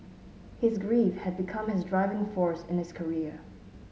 his grief had become his driving force in his career